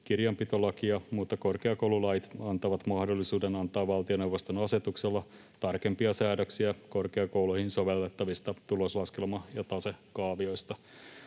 kirjanpitolakia, mutta korkeakoululait antavat mahdollisuuden antaa valtioneuvoston asetuksella tarkempia säädöksiä korkeakouluihin sovellettavista tuloslaskelma- ja tasekaavioista.